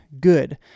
good